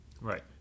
Right